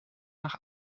nach